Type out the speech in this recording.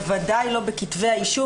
בוודאי לא בכתבי האישום.